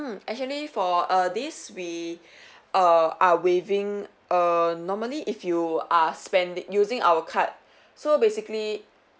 mm actually for err this we err are waiving err normally if you are spen~ using our card so basically